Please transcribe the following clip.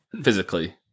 physically